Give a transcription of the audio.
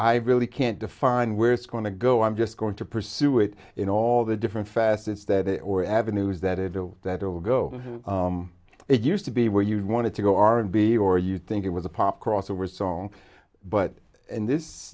i really can't define where it's going to go i'm just going to pursue it in all the different facets that it or avenues that it will that will go it used to be where you want to go r and b or you think it was a pop crossover song but in this